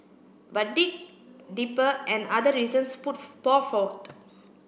but dig deeper and other reasons put pour forth